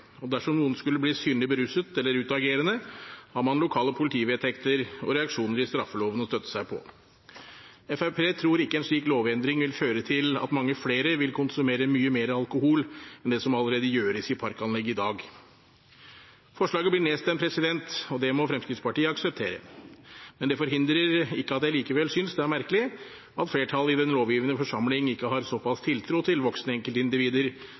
og dersom noen skulle bli synlig beruset eller utagerende, har man lokale politivedtekter og reaksjoner i straffeloven å støtte seg på. Fremskrittspartiet tror ikke en slik lovendring vil føre til at mange flere vil konsumere mye mer alkohol enn det som allerede gjøres i parkanlegg i dag. Forslaget blir nedstemt – og det må Fremskrittspartiet akseptere. Men det forhindrer ikke at jeg synes det er merkelig at flertallet i den lovgivende forsamling ikke har såpass tiltro til at voksne enkeltindivider